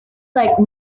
like